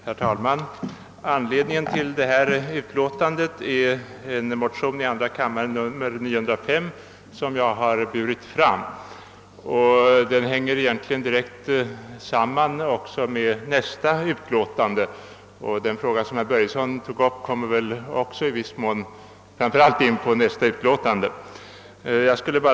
Herr talman! Anledningen till detta utskottsutlåtande är motionerna I:705 och II: 905, som jag varit med om att väcka. De frågor som tas upp däri liksom den fråga som herr Börjsesson i Falköping tog upp berörs även i jordbruksutskottets utlåtande nr 16.